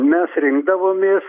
mes rinkdavomės